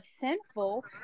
sinful